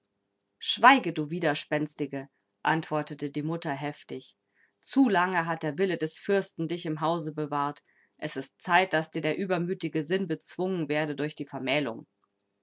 schweige du widerspenstige antwortete die mutter heftig zu lange hat der wille des fürsten dich im hause bewahrt es ist zeit daß dir der übermütige sinn bezwungen werde durch die vermählung